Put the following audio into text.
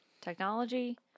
technology